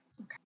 Okay